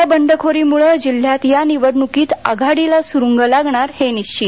या बंडखोरीमुळं जिल्ह्यात या निवडणुकीत आघाडीला सुरुंग लागणार हे निश्वित